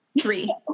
Three